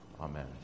Amen